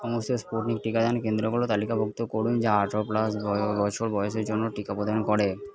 সমস্ত স্পুটনিক টিকাদান কেন্দ্রগুলো তালিকাভুক্ত করুন যা আঠেরো প্লাস বছর বয়সের জন্য টিকা প্রদান করে